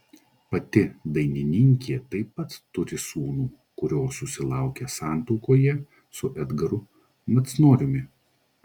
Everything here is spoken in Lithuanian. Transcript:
pati dainininkė taip pat turi sūnų kurio susilaukė santuokoje su edgaru macnoriumi